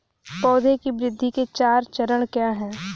पौधे की वृद्धि के चार चरण क्या हैं?